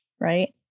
right